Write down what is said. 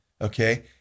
Okay